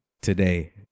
today